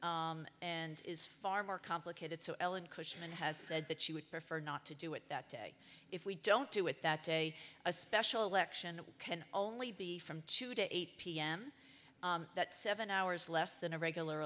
it is far more complicated so ellen cushman has said that she would prefer not to do it that day if we don't do it that day a special election can only be from two to eight pm that seven hours less than a regular